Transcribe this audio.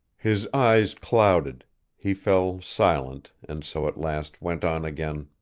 his eyes clouded he fell silent, and so at last went on again.